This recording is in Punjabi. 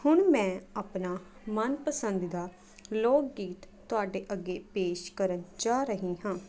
ਹੁਣ ਮੈਂ ਆਪਣਾ ਮਨਪਸੰਦ ਦਾ ਲੋਕ ਗੀਤ ਤੁਹਾਡੇ ਅੱਗੇ ਪੇਸ਼ ਕਰਨ ਜਾ ਰਹੀ ਹਾਂ